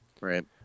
Right